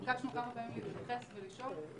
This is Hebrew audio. ביקשנו כמה פעמים להתייחס ולשאול.